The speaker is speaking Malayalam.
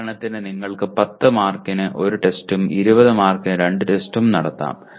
ഉദാഹരണത്തിന് നിങ്ങൾക്ക് 10 മാർക്കിന് 1 ടെസ്റ്റും 20 മാർക്കിന് 2 ടെസ്റ്റും നടത്താം